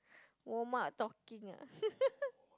warm up talking ah